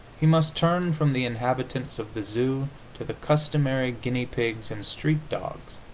he must turn from the inhabitants of the zoo to the customary guinea pigs and street dogs,